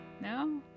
No